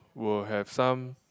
will have some